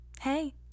hey